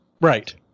Right